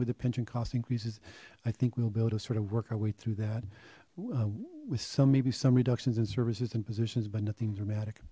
with the pension cost increases i think we'll be able to sort of work our way through that with some maybe some reductions in services and positions but nothing dramatic